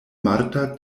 marta